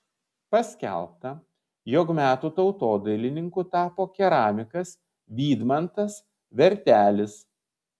paskelbta jog metų tautodailininku tapo keramikas vydmantas vertelis